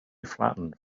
flattened